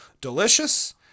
Delicious